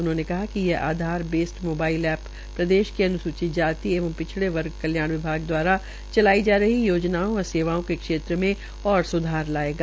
उन्होंने कहा कि यह आधार बेसड मोबाइल ऐप प्रदेश के अन्सूचित जाति एवं पिछड़े वर्ग कल्याण विभाग द्वारा चलाई जा रही योजनाओं व सेवा के क्षेत्र में और स्धार लायेगा